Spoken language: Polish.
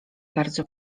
bardzo